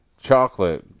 Chocolate